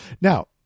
Now